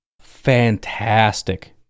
fantastic